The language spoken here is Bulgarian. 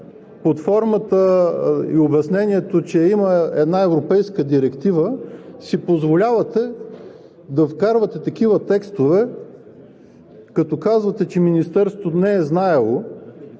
под формата и обяснението, че има една европейска директива, си позволявате да вкарвате такива текстове, като казвате, че Министерството не е знаело